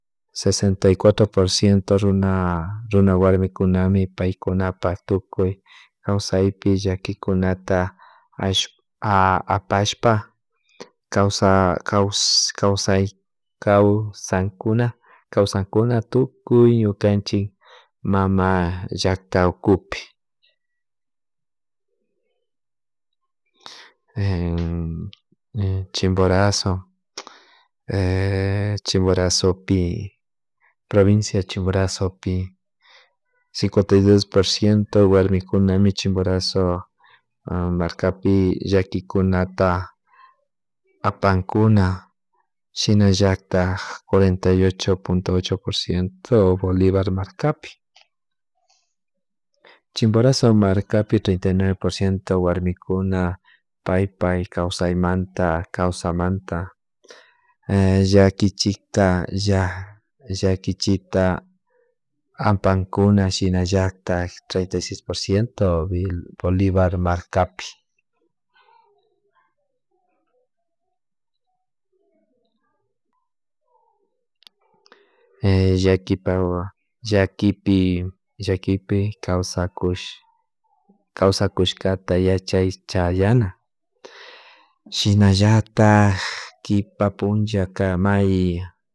Sesenta y cuatro por ciento runa runa warmikunami paykunapk tukuy kawsaypi llakikunata ash apashka kawsa kawsan kawsankuna kawsakuna tukuy ñukanchik mama llakta ukupi Chimborazo Chimborazopi provincia Chimborazopi cincuenta dos por ciento warmikunaí Chimborazo haa markapi llakikunata apankuna shinallatak cuarenta y ocho punto ocho por ciento Bolibar markapi, Chimborazo markapí treinta nueve por ciento warmikuna paypay kawsaymanta kawsaymata llakichikta lla llakichikta apankuna shinallatak treinta y seis por ciento Bolibar marcapi llakta llakipi kawsakush kawasakushkata yachay chayana shinalaltak kipa punlla may